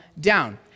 down